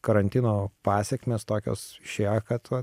karantino pasekmės tokios išėjo kad va